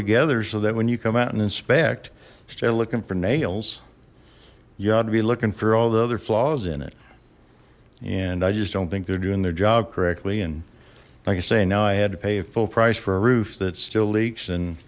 together so that when you come out and inspect stead of looking for nails you ought to be looking for all the other flaws in it and i just don't think they're doing their job correctly and like i say now i had to pay full price for a roof that still leaks and